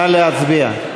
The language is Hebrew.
נא להצביע.